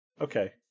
Okay